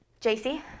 JC